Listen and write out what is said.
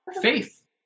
faith